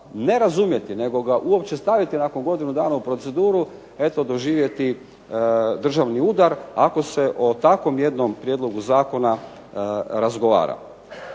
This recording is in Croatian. ne razumjeti, nego ga uopće staviti nakon godinu dana u proceduru, eto doživjeti dražvni udar ako se o takvom jednom prijedlogu zakona razgovara.